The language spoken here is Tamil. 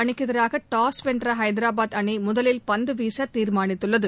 அணிக்கு எதிராக டாஸ் வென்ற ஐதராபாத் அணி முதலில் பந்து வீச தீர்மானித்துள்ளது